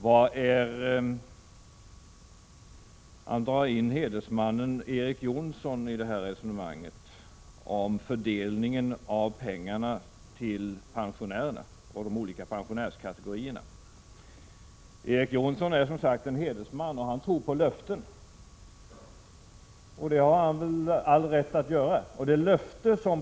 Varför drar man hedersmannen Erik Jonsson in i resonemanget om fördelningen av pengarna till de olika pensionärskategorierna? Erik Jonsson är som sagt en hedersman. Han tror på löften, och det har han all rätt att göra.